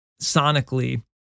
sonically